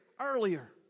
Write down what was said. earlier